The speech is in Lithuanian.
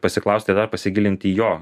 pasiklausti dar pasigilinti į jo